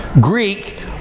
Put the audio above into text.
Greek